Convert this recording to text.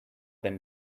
than